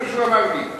כמו שהוא אמר לי,